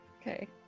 Okay